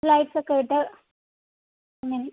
lights ഒക്കെ ഇട്ട് അങ്ങനെ